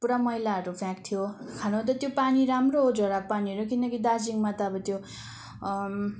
पुरा मैलाहरू फ्याँक्थ्यो खान त त्यो पानी राम्रो हो झोडाको पानीहरू किनकि दार्जिलिङमा त अब त्यो